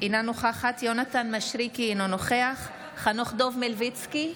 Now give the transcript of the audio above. יונתן מישרקי, אינו נוכח חנוך דב מלביצקי,